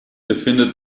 befindet